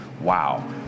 wow